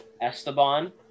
Esteban